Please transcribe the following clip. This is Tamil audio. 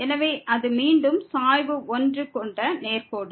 எனவே அது மீண்டும் சாய்வு 1 கொண்ட நேர்கோடு